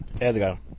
Edgar